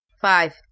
Five